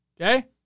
Okay